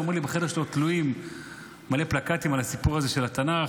ובחדר שלו תלויים מלא פלקטים על הסיפור הזה של התנ"ך,